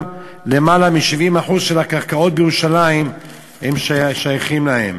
יותר מ-70% של הקרקעות בירושלים שייכות להם.